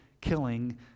killing